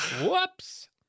whoops